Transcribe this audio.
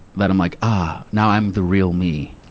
that i'm like, ah, now i'm the real me.